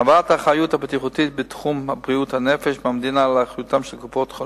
העברת האחריות הביטוחית בתחום בריאות הנפש מהמדינה לקופות-החולים